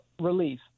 relief